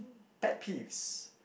pet peeves